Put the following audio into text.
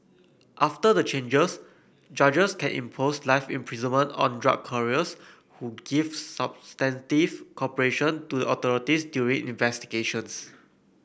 after the changes judges can impose life imprisonment on drug couriers who give substantive cooperation to the authorities during investigations